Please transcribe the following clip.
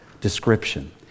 description